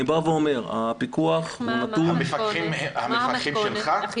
המפקחים שלך?